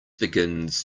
begins